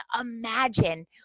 imagine